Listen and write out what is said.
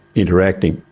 interacting.